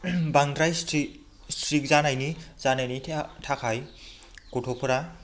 बांद्राय स्ट्रिक स्ट्रिक जानायनि जानायनि थाखाय गथ'फोरा